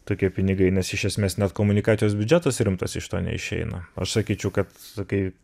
tokie pinigai nes iš esmės net komunikacijos biudžetas rimtos iš to neišeina aš sakyčiau kad kai